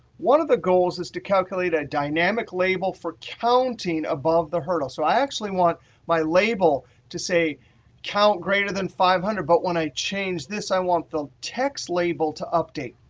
one of the goals is to calculate a dynamic label for counting above the hurdle. so i actually want my label to say count greater than five hundred. but when i change this, i want the text label to update.